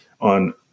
on